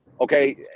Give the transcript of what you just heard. okay